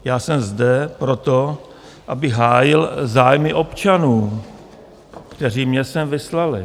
Já jsem zde proto, abych hájil zájmy občanů, kteří mě sem vyslali.